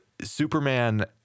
Superman